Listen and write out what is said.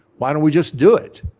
why don't we just do it?